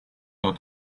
out